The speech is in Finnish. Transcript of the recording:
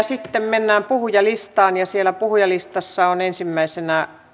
sitten mennään puhujalistaan ja siellä puhujalistassa on ensimmäisenä